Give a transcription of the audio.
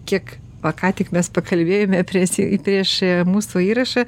kiek va ką tik mes pakalbėjome prie prieš mūsų įrašą